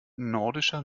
nordischer